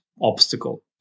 obstacle